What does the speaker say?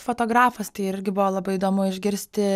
fotografas tai irgi buvo labai įdomu išgirsti